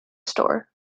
store